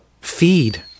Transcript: feed